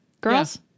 girls